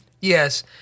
Yes